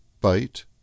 bite